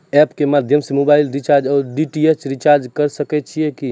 App के माध्यम से मोबाइल रिचार्ज ओर डी.टी.एच रिचार्ज करऽ सके छी यो?